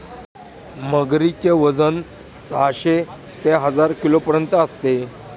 मगरीचे वजन साहशे ते हजार किलोपर्यंत असते